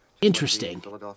interesting